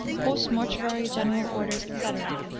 post-mortuary general orders, etc,